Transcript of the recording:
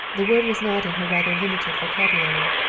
the word was not in her rather limited vocabulary.